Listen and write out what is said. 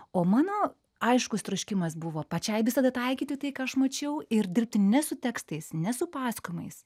o mano aiškus troškimas buvo pačiai visada taikyti tai ką aš mačiau ir dirbti ne su tekstais ne su pasakojimais